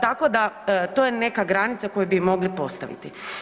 Tako da to je neka granica koju bi mogli postaviti.